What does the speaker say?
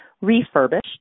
refurbished